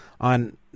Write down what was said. on